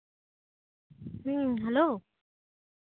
ᱦᱩᱸ ᱦᱮᱞᱳ